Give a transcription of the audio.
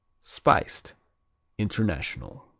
spiced international